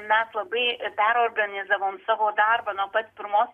mes labai perorganizavome savo darbą nuo pat pirmos